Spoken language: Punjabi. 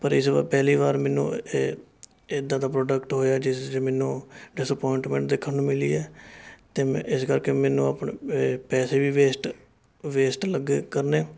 ਪਰ ਇਸ ਵਾ ਪਹਿਲੀ ਵਾਰ ਮੈਨੂੰ ਇਹ ਇੱਦਾਂ ਦਾ ਪ੍ਰੋਡਕਟ ਹੋਇਆ ਜਿਸ 'ਚ ਮੈਨੂੰ ਡਿੰਸਅਪੋਇੰਟਮੈਂਟ ਦੇਖਣ ਨੂੰ ਮਿਲੀ ਹੈ ਅਤੇ ਮੈ ਇਸ ਕਰਕੇ ਮੈਨੂੰ ਆਪਣੇ ਏ ਪੈਸੇ ਵੀ ਵੇਸਟ ਵੇਸਟ ਲੱਗੇ ਕਰਨੇ